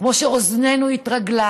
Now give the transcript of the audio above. כמו שאוזננו התרגלה